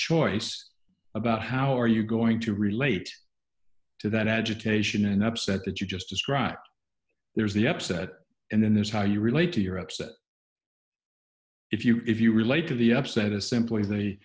choice about how are you going to relate to that agitation and upset that you just described there is the upset and then there's how you relate to your upset if you if you relate to the upset as simply